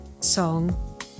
song